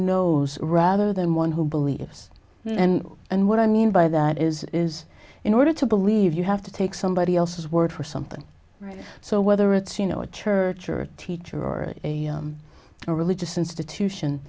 knows rather than one who believes and and what i mean by that is is in order to believe you have to take somebody else's word for something right so whether it's you know a church or a teacher or a religious institution